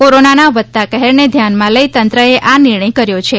કોરોનાના વધતા કહેરને ધ્યાનમાં લઇ તંત્ર એ આ નિર્ણય કર્યો છે